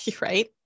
Right